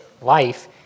life